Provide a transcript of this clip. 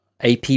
ap